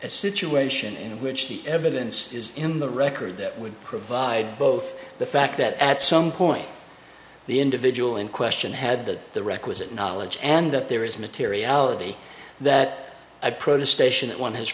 a situation in which the evidence is in the record that would provide both the fact that at some point the individual in question had the requisite knowledge and that there is materiality that approach a station that one has